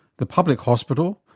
the public hospital,